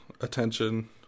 attention